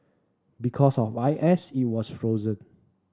because of I S it was frozen